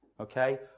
Okay